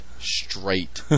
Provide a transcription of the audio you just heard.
straight